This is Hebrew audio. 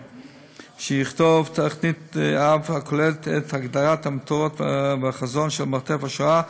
שיכתוב תוכנית-אב הכוללת את הגדרת המטרות והחזון של "מרתף השואה",